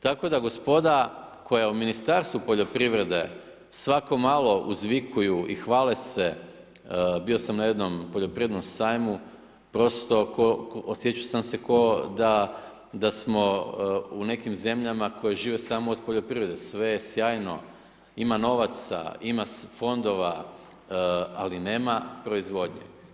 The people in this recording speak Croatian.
Tako da gospoda koja u Ministarstvu poljoprivrede svako malo uzvikuju i hvale se, bio sam na jednom poljoprivrednom sajmu, prosto ko, osjećao sam se kao da smo u nekim zemljama koje žive samo od poljoprivrede, sve je sjajno, ima novaca, ima fondova ali nema proizvodnje.